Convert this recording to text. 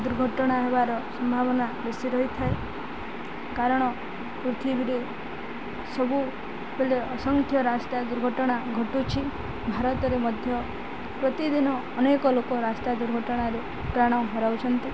ଦୁର୍ଘଟଣା ହେବାର ସମ୍ଭାବନା ବେଶୀ ରହିଥାଏ କାରଣ ପୃଥିବୀରେ ସବୁବେଳେ ଅସଂଖ୍ୟ ରାସ୍ତା ଦୁର୍ଘଟଣା ଘଟୁଛି ଭାରତରେ ମଧ୍ୟ ପ୍ରତିଦିନ ଅନେକ ଲୋକ ରାସ୍ତା ଦୁର୍ଘଟଣାରେ ପ୍ରାଣ ହରାଉଛନ୍ତି